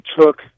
took